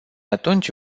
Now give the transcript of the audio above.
atunci